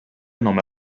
nome